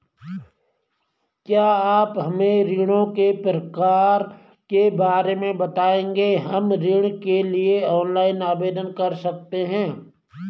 क्या आप हमें ऋणों के प्रकार के बारे में बताएँगे हम ऋण के लिए ऑनलाइन आवेदन कर सकते हैं?